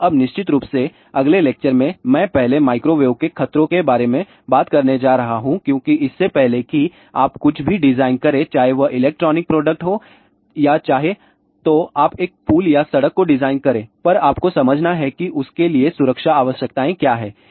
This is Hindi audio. तो अब निश्चित रूप से अगले लेक्चर में मैं पहले माइक्रोवेव के खतरों के बारे में बात करने जा रहा हूं क्योंकि इससे पहले कि आप कुछ भी डिजाइन करें चाहे वह इलेक्ट्रॉनिक प्रोडक्ट हो या चाहे तो आप एक पुल या सड़क को डिजाइन करें पर आपको समझना है कि उसके लिए सुरक्षा आवश्यकताएं क्या हैं